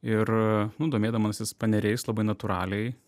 ir nu domėdamasis paneriais labai natūraliai